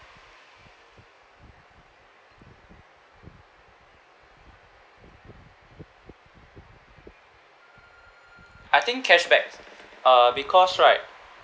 I think cashback because right